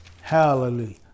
Hallelujah